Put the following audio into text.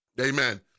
amen